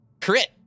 Crit